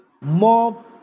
more